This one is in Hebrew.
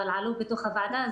אבל עלו בתוך הוועדה,